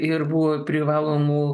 ir buvo privalomų